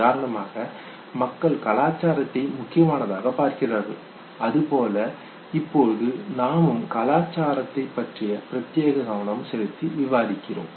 உதாரணமாக மக்கள் கலாச்சாரத்தைப் முக்கியமானதாக பார்க்கிறார்கள் அதுபோல இப்போது நாமும் கலாச்சாரத்தை பற்றி பிரத்யேக கவனம் செலுத்தி விவாதிக்கிறோம்